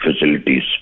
facilities